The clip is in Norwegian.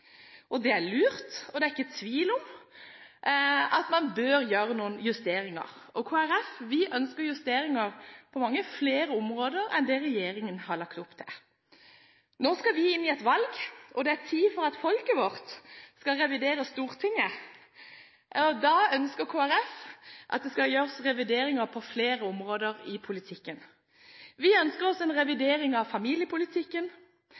Det er lurt, og det er ikke tvil om at man bør gjøre noen justeringer. Kristelig Folkeparti ønsker justeringer på mange flere områder enn det regjeringen har lagt opp til. Nå skal vi inn i et valg, og det er tid for at folket vårt skal revidere Stortinget. Da ønsker Kristelig Folkeparti at det skal gjøres revideringer på flere områder i politikken. Vi ønsker oss en